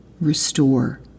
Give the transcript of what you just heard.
restore